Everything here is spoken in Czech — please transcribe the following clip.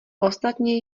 ostatně